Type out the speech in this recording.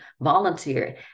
volunteer